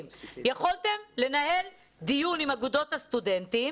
יכולתם לנהל דיון עם אגודות הסטודנטים